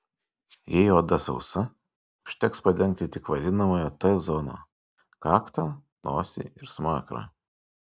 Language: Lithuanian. jei oda sausa užteks padengti tik vadinamąją t zoną kaktą nosį ir smakrą